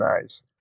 nice